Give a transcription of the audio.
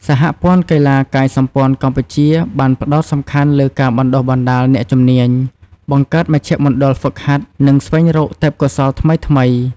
សហព័ន្ធកីឡាកាយសម្ព័ន្ធកម្ពុជាបានផ្តោតសំខាន់លើការបណ្តុះបណ្តាលអ្នកជំនាញ បង្កើតមជ្ឈមណ្ឌលហ្វឹកហាត់ និងស្វែងរកទេពកោសល្យថ្មីៗ។